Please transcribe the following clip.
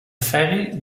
ferry